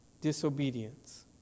disobedience